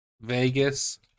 Vegas